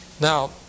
Now